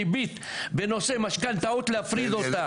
ריבית בנושא משכנתאות להפריד אותה?